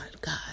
God